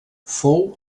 fou